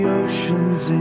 oceans